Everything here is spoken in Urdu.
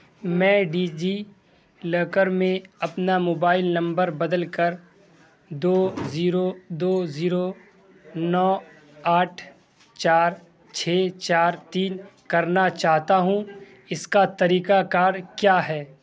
میں ڈیجی لاکر میں اپنا موبائل نمبر بدل کر دو زیرو دو زیرو نو آٹھ چار چھ چار تین کرنا چاہتا ہوں اس کا طریقہ کار کیا ہے